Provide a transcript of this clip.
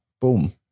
boom